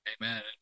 Amen